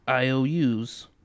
IOUs